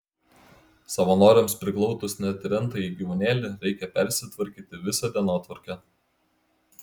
savanoriams priglaudus net ir n tąjį gyvūnėlį reikia persitvarkyti visą dienotvarkę